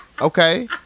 Okay